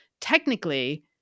Technically